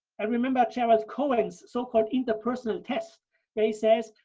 i remember jared cohen's so called interpersonal test where he says,